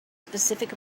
specific